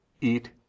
eat